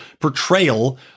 portrayal